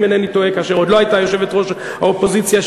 כאשר עוד לא הייתה יושבת-ראש האופוזיציה,